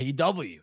AW